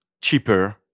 cheaper